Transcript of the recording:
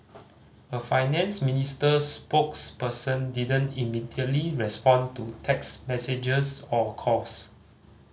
a finance ministry spokesperson didn't immediately respond to text messages or calls